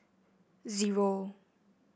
zero